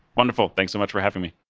wonderful. thanks so much for having me